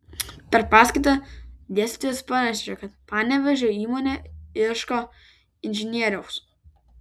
per paskaitą dėstytojas pranešė kad panevėžio įmonė ieško inžinieriaus